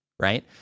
Right